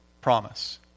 promise